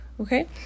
okay